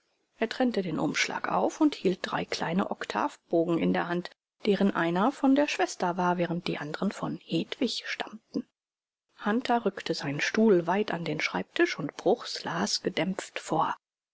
er trennte den umschlag auf und hielt drei kleine oktavbogen in der hand deren einer von der schwester war während die anderen von hedwig stammten hunter rückte seinen stuhl weit an den schreibtisch und bruchs las gedämpft vor